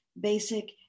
Basic